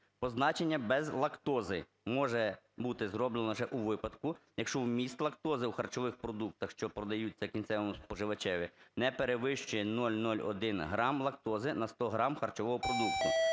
"Позначення "без лактози" може бути зроблено лише у випадку, якщо вміст лактози у харчових продуктах, що продаються кінцевому споживачеві, не перевищує 0,01 грам лактози на 100 грам харчового продукту".